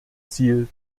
ziel